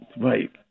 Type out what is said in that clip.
Right